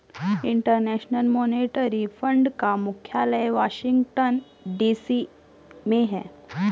international monetary fund का मुख्यालय Washington DC में है